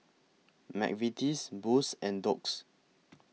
Mcvitie's Boost and Doux